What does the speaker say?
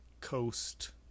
coast